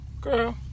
Girl